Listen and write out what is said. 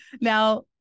now